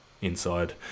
inside